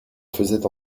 faisaient